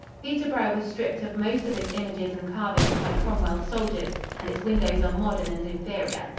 peterborough was stripped of most of its images and carvings by cromwell's soldiers and its windows are modern and inferior.